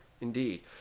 indeed